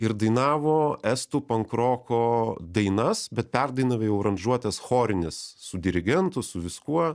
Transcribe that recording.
ir dainavo estų pankroko dainas bet perdainavę jau aranžuotes chorines su dirigentu su viskuo